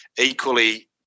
equally